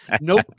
nope